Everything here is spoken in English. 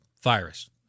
virus